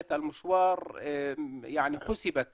בתחילת הדרך לוועדת משנה שלא תזכה לחשיבות